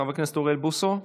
חבר הכנסת אוריאל בוסו,